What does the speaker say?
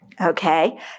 Okay